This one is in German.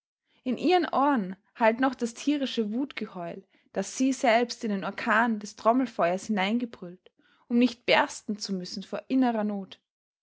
in ihren ohren hallt noch das tierische wutgeheul das sie selbst in den orkan des trommelfeuers hineingebrüllt um nicht bersten zu müssen vor innerer not